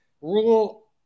rule